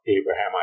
Abraham